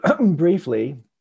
briefly